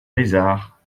lézard